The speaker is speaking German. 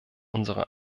unserer